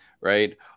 right